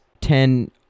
ten